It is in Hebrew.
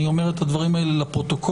אני אומר את הדברים האלה לפרוטוקול.